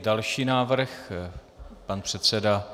Další návrh pan předseda.